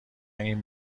این